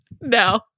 No